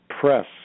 press